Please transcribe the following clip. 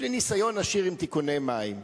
יש לי ניסיון עשיר עם תיקוני מים.